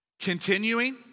continuing